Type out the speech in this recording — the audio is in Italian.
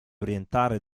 orientale